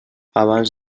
abans